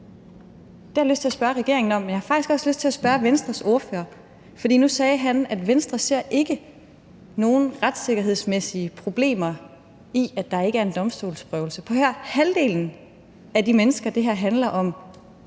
Det har jeg lyst til at spørge regeringen om, og jeg har faktisk også lyst til at spørge Venstres ordfører, for nu sagde han, at Venstre ikke ser nogen retssikkerhedsmæssige problemer i, at der ikke er en domstolsprøvelse. Prøv at høre: For halvdelen af de mennesker, det her handler om,